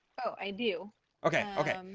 oh i do okay, okay?